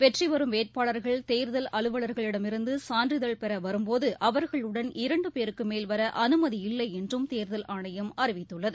வெற்றிபெறும் வேட்பாளர்கள் தேர்தல் அலுவல்களிடம் இருந்துசான்றிதழ் பெறவரும்போதுஅவர்களுடன் இரண்டுபேருக்குமேல் வரஅனுமதி இல்லைஎன்றும் தேர்தல் ஆணையம் அறிவித்துள்ளது